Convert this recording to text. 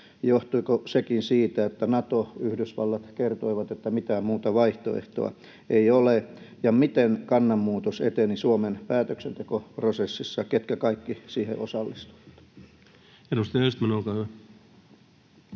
Johtuiko sekin siitä, että Nato, Yhdysvallat kertoivat, että mitään muuta vaihtoehtoa ei ole? Miten kannanmuutos eteni Suomen päätöksentekoprosessissa, ja ketkä kaikki siihen osallistuivat? Edustaja Östman, olkaa hyvä.